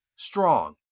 strong